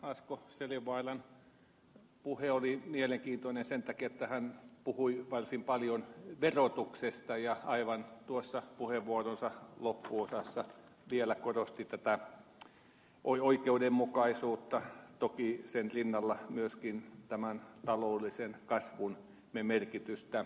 asko seljavaaran puhe oli mielenkiintoinen sen takia että hän puhui varsin paljon verotuksesta ja aivan tuossa puheenvuoronsa loppuosassa vielä korosti tätä oikeudenmukaisuutta toki sen rinnalla myöskin tämän taloudellisen kasvun merkitystä